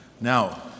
Now